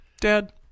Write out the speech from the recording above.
Dad